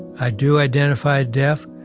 i do identify deaf,